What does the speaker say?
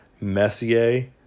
Messier